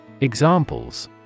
Examples